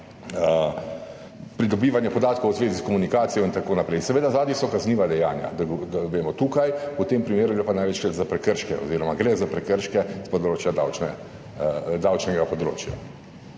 pridobivanja podatkov v zvezi s komunikacijo in tako naprej. Seveda so odzadaj kazniva dejanja, da vemo. Tukaj v tem primeru gre pa največkrat za prekrške oziroma gre za prekrške z davčnega področja.